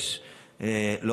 אגב,